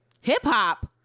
hip-hop